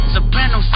Soprano